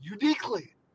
Uniquely